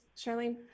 Charlene